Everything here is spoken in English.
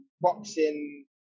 boxing